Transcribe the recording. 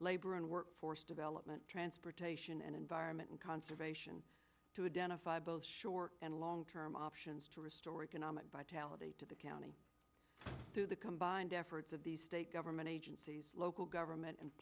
labor and workforce development transportation and environment and conservation to identify both short and long term options to restore economic vitality to the county to the combined efforts of the state government agencies local government and